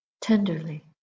tenderly